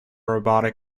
robotic